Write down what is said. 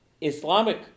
Islamic